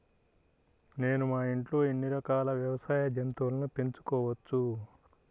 నేను మా ఇంట్లో ఎన్ని రకాల వ్యవసాయ జంతువులను పెంచుకోవచ్చు?